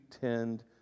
tend